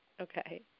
Okay